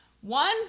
One